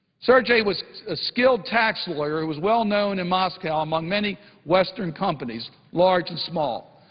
sergei was a skilled tax lawyer who was well-known in moscow among many western companies, large and small.